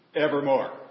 evermore